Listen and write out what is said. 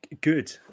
good